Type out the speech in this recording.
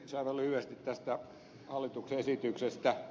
aivan lyhyesti tästä hallituksen esityksestä